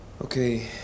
Okay